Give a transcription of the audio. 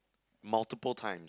multiple times